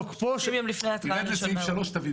כאשר תגיע לפסקה (3) תבין